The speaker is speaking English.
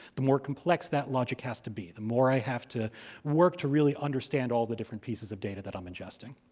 the more complex that logic has to be, the more i have to work to really understand all the different pieces of data that i'm ingesting.